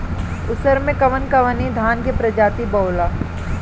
उसर मै कवन कवनि धान के प्रजाति बोआला?